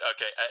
Okay